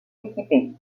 équipé